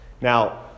Now